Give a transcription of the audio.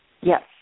Yes